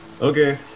Okay